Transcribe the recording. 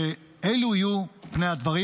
שאלו יהיו פני הדברים.